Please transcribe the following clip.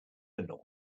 norton